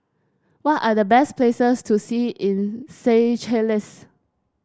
what are the best places to see in Seychelles